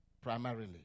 primarily